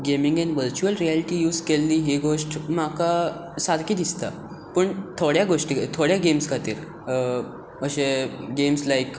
गेमींगेन virtual reality use केल्ली ही गोष्ट म्हाका सारकी दिसता पूण थोड्या गोष्टीं थोड्या गेम्स खातीर अशे गेम्स लायक